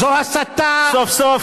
הסתת דם.